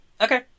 Okay